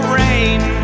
rain